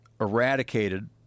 eradicated